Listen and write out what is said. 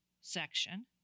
section